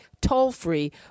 toll-free